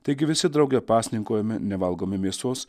taigi visi drauge pasninkaujame nevalgome mėsos